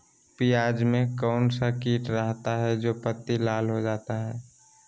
प्याज में कौन सा किट रहता है? जो पत्ती लाल हो जाता हैं